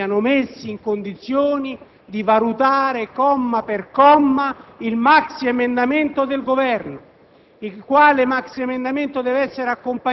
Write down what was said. pretendere che gli Uffici siano messi in condizione di valutare, comma per comma, il maxiemendamento del Governo,